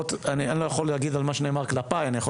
אני לא יכול להגיד על משהו שנאמר כלפיי אלא אני יכול